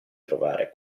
trovare